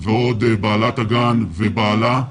ועוד בעלת הגן ובעלה.